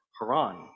Haran